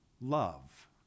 love